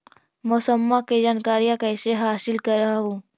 मौसमा के जनकरिया कैसे हासिल कर हू?